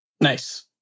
Nice